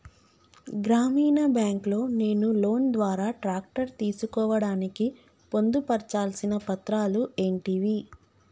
గ్రామీణ బ్యాంక్ లో నేను లోన్ ద్వారా ట్రాక్టర్ తీసుకోవడానికి పొందు పర్చాల్సిన పత్రాలు ఏంటివి?